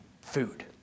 food